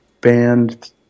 band